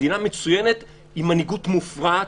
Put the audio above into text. מדינה מצוינת עם מנהיגות מופרעת,